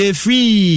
free